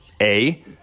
A-